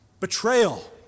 Betrayal